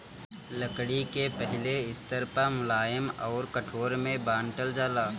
लकड़ी के पहिले स्तर पअ मुलायम अउर कठोर में बांटल जाला